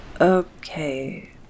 Okay